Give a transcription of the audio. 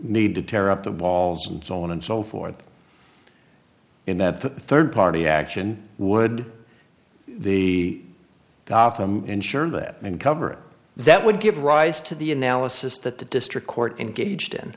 need to tear up the walls and so on and so forth and that the third party action would the gotham ensure that and cover that would give rise to the analysis that the district court engaged in